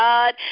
God